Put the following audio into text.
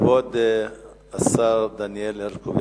כבוד השר דניאל הרשקוביץ,